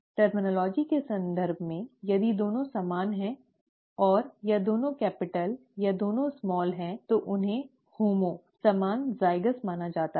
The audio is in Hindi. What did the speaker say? शब्दावली के संदर्भ में यदि दोनों समान हैं और या दोनों कैपिटल या दोनों स्मॉल तो उन्हें होमो समान ज़ाइगस माना जाता है